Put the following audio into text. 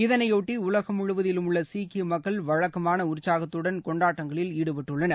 இதனைபொட்டி உலகம் முழுவதிலும் உள்ள சீக்கிய மக்கள் வழக்கமான உற்சாகத்துடன் கொண்டாட்டங்களில் ஈடுபட்டுள்ளனர்